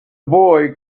boy